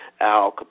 Al